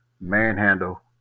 manhandle